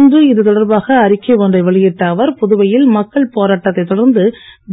இன்று இது தொடர்பாக அறிக்கை ஒன்றை வெளியிட்ட அவர் புதுவையில் மக்கள் போராட்டத்தைத் தொடர்ந்து